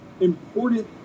important